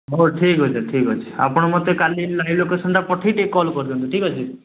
ହଉ ଠିକ୍ ଅଛି ଠିକ୍ ଅଛି ଆପଣ ମୋତେ କାଲି ଲାଇଭ୍ ଲୋକେସନ୍ଟା ପଠେଇ ଟିକେ କଲ୍ କରିଦିଅନ୍ତୁ ଠିକ୍ ଅଛି